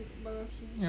ya lor